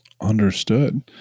Understood